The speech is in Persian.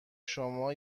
شما